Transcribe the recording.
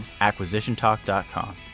acquisitiontalk.com